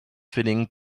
filling